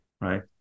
right